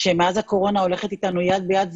שמאז הקורונה הולכת אתנו יד ביד,